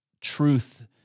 truth